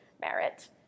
merit